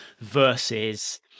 versus